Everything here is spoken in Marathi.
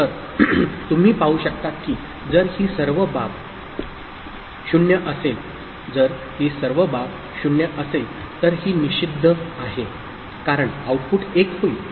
तर तुम्ही पाहु शकता की जर ही सर्व बाब 0 असेल तर ही निषिद्ध आहे कारण आऊटपुट 1 होईल